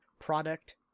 product